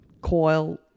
Coil